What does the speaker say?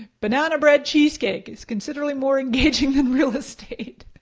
banana bread cheesecake is considerably more engaging than real estate.